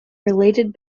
related